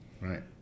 Right